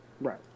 right